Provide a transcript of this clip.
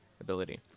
ability